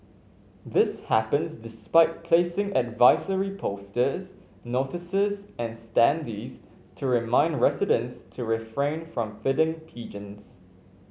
this happens despite placing advisory posters notices and standees to remind residents to refrain from feeding pigeons